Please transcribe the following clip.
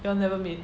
you all never meet